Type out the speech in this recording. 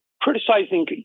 criticizing